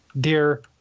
dear